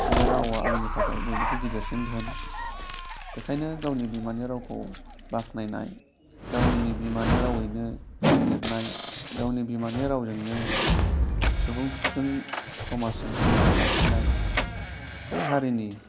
बे रावा आंनि थाखाय बयनिख्रुउ गिदिरसिन धोन बेनिखायनो गावनि बिमानि रावखौ बाख्नायनाय गावनि बिमानि रावैनो लिरनाय गावनि बिमानि रावजोंनो सुबुं समाजजों सोमोन्दो लाखिनाय बे हारिनि